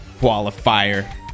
Qualifier